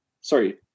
sorry